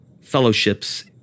fellowships